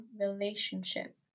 relationship